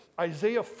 Isaiah